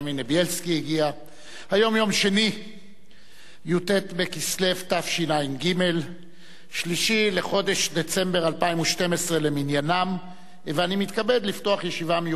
/ י"ט בכסלו התשע"ג / 3 בדצמבר 2012 / 5 חוברת ה' ישיבה שפ"ה